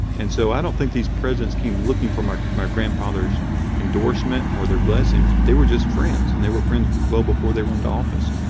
and so i don't think these presidents came looking for my my grandfather's endorsement or their blessing, they were just friends and they were friends well before they went into office.